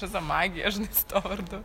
iš viso magija žinai su tuo vardu